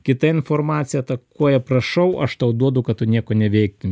kita informacija atakuoja prašau aš tau duodu kad tu nieko neveiktum